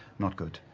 not good.